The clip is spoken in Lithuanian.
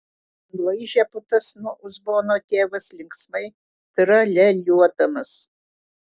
nulaižė putas nuo uzbono tėvas linksmai tralialiuodamas